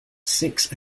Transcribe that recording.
six